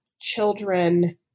children